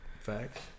Facts